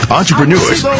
entrepreneurs